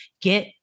get